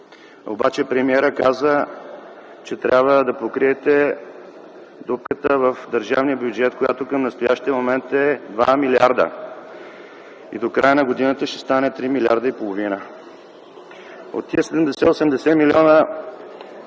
Обаче премиерът каза, че трябва да покриете дупката в държавния бюджет, която към настоящия момент е 2 милиарда и до края на годината ще стане 3,5 милиарда. От тези 70-80 милиона